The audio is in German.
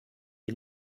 die